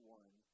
one